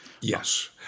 Yes